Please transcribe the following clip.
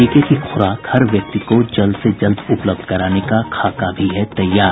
टीके की खुराक हर एक व्यक्ति को जल्द से जल्द उपलब्ध कराने का खाका भी है तैयार